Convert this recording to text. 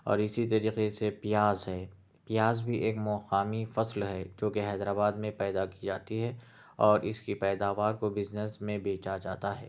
اور اسی طریقے سے پیاز ہے پیاز بھی ایک مقامی فصل ہے جو کہ حیدر آباد میں پیدا کی جاتی ہے اور اس کی پیداوار کو بزنس میں بیچا جاتا ہے